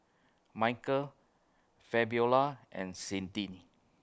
Michael Fabiola and Sydnie